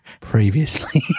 previously